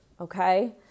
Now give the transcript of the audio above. okay